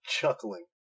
chuckling